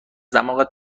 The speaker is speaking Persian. دماغت